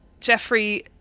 Jeffrey